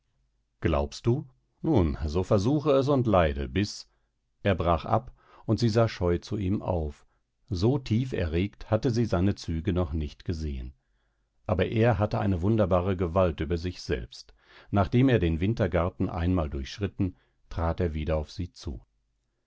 glaubst du nun so versuche es und leide bis er brach ab und sie sah scheu zu ihm auf so tief erregt hatte sie seine züge noch nicht gesehen aber er hatte eine wunderbare gewalt über sich selbst nachdem er den wintergarten einmal durchschritten trat er wieder auf sie zu